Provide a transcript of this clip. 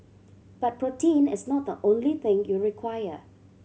but protein is not the only thing you require